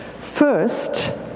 First